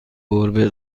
گربه